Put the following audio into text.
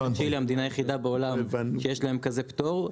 אנחנו המדינה היחידה בעולם שיש להם כזה פטור.